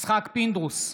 יצחק פינדרוס,